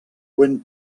wind